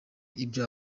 ibyo